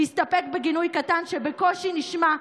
הסתפק בגינוי קטן שבקושי נשמע,